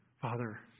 Father